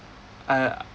I